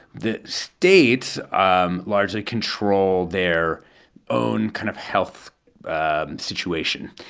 the states um largely control their own kind of health and situation.